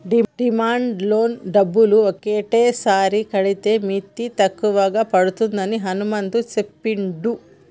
demand loan డబ్బులు ఒకటేసారి కడితే మిత్తి ఎక్కువ పడుతుందని హనుమంతు చెప్పిండు